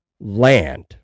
land